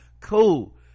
Cool